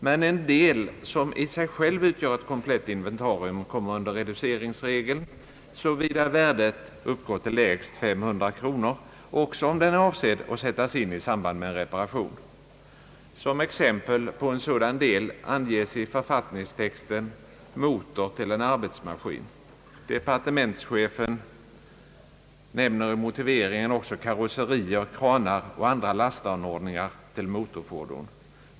Men en del, som i sig själv utgör ett komplett inventarium, kommer under reduceringsregeln, såvida värdet uppgår till lägst 500 kronor, också om den är avsedd att sättas in i samband med en reparation. Som exempel på sådana delar anges i författningstexten motor till en arbetsmaskin. Departementschefen nämner i motiveringen också karosser, kranar och andra lastanordningar till motorfordon.